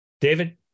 David